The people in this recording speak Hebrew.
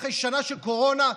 אחרי שנה של קורונה,